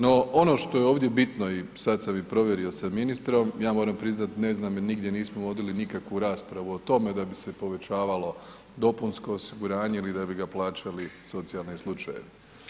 No ono što je ovdje bitno i sad sam i provjerio sa ministrom, ja moram priznati ne znam jer nigdje nismo vodili nikakvu raspravu o tome da bi se povećavalo dopunsko osiguranje ili da bi ga plaćali socijalni slučajevi.